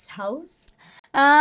house